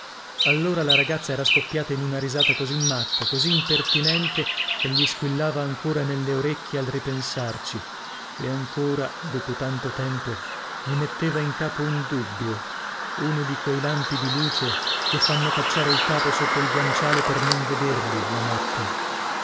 allora la ragazza era scoppiata in una risata così matta così impertinente che gli squillava ancora nelle orecchie al ripensarci e ancora dopo tanto tempo gli metteva in capo un dubbio uno di quei lampi di luce che fanno cacciare il capo sotto il guanciale per non vederli la notte